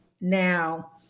now